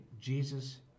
Jesus